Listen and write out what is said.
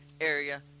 area